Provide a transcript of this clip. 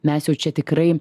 mes jau čia tikrai